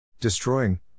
destroying